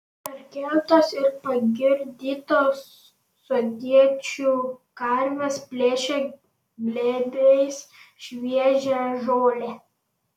perkeltos ir pagirdytos sodiečių karvės plėšė glėbiais šviežią žolę